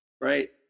right